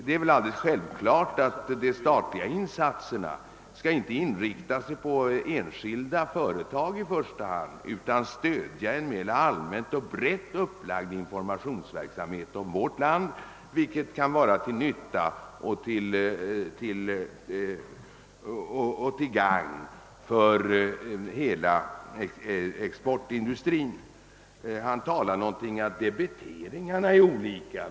Det är väl alldeles självklart att de statliga insatserna i första hand inte skall inrikta sig på enskilda företag utan stödja en mera allmän och brett upplagd informationsverksamhet om vårt land, vilken kan vara till nytta för hela exportindustrin. Herr Andersson i Örebro talar något om att debiteringarna är olika.